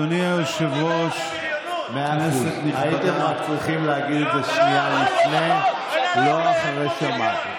אדוני היושב-ראש, אתה מתנהג כמו בריון.